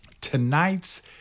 Tonight's